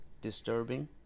Disturbing